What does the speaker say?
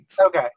Okay